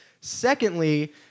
Secondly